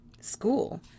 School